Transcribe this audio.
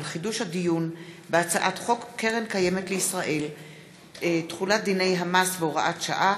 חידוש הדיון בהצעת חוק קרן קיימת לישראל (תחולת דיני המס והוראת שעה),